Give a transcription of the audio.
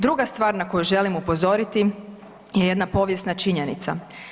Druga stvar na koju želim upozoriti je jedna povijesna činjenica.